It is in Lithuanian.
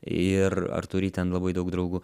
ir ar turi ten labai daug draugų